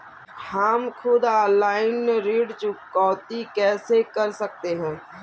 हम खुद ऑनलाइन ऋण चुकौती कैसे कर सकते हैं?